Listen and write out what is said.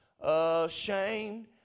Ashamed